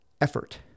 effort